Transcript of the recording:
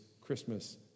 Christmas